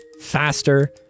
faster